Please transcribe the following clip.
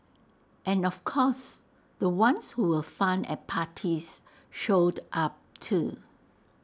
and of course the ones who were fun at parties showed up too